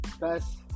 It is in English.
best